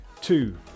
two